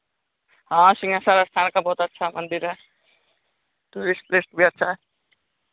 हाँ सिंहेश्वर स्थान का बहुत अच्छा मंदिर है टूरिस्ट प्लेस भी अच्छा है